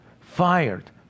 Fired